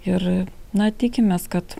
ir na tikimės kad